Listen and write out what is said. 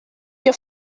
your